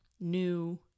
New